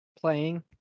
Playing